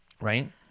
Right